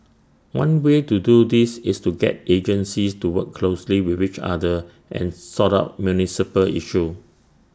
one way to do this is to get agencies to work closely with each other and sort out municipal issues